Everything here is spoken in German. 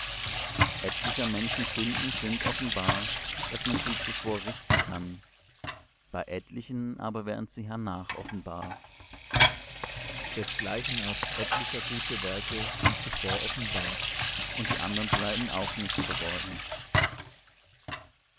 etlicher menschen sünden sind offenbar daß man sie zuvor richten kann bei etlichen aber werden sie hernach offenbar desgleichen auch etlicher gute werke sind zuvor offenbar und die andern bleiben auch nicht verborgen